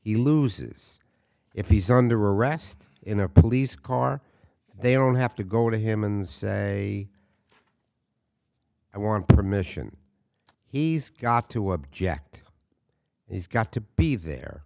he loses if he's under arrest in a police car they don't have to go to him and say i want permission he's got to object he's got to be there